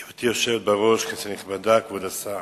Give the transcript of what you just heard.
גברתי היושבת בראש, כנסת נכבדה, כבוד השר,